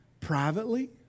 privately